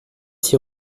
six